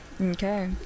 okay